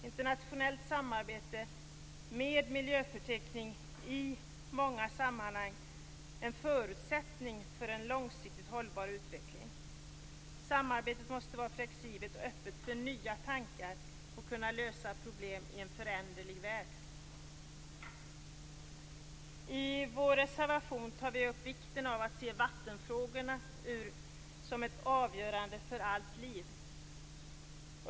Internationellt samarbete med miljöförtecken är i många sammanhang en förutsättning för en långsiktigt hållbar utveckling. Samarbetet måste vara flexibelt och öppet för nya tankar för att kunna lösa problemen i en föränderlig värld. I vår reservation tar vi upp vikten av att inse att vattenfrågorna är avgörande för allt liv.